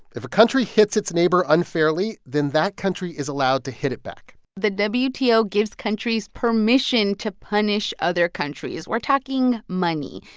if a country hits its neighbor unfairly, then that country is allowed to hit it back the the wto gives countries permission to punish other countries. we're talking money.